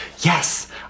yes